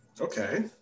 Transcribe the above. Okay